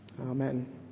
Amen